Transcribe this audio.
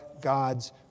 God's